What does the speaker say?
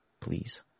please